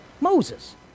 Moses